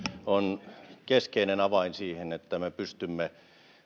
on keskeinen avain siihen että me pystymme